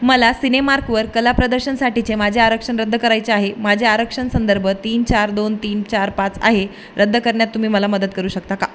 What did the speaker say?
मला सिनेमार्कवर कला प्रदर्शनसाठीचे माझे आरक्षण रद्द करायचे आहे माझे आरक्षण संदर्भ तीन चार दोन तीन चार पाच आहे रद्द करण्यात तुम्ही मला मदत करू शकता का